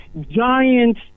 giant